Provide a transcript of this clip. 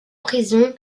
prison